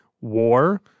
War